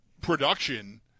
production